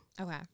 Okay